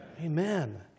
Amen